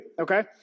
okay